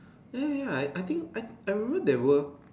ya ya ya I I think I I remember they were